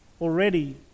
already